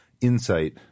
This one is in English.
Insight